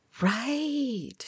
Right